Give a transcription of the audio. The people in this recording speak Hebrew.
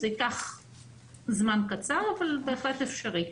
זה ייקח זמן קצר אבל בהחלט אפשרי.